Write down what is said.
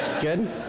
Good